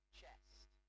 Chest